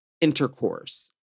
intercourse